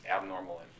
abnormal